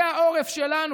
זה העורף שלנו.